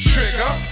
Trigger